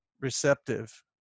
receptive